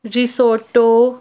risotto